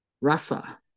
RASA